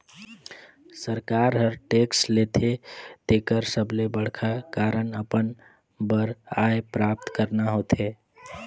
सरकार हर टेक्स लेथे तेकर सबले बड़खा कारन अपन बर आय प्राप्त करना होथे